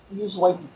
usually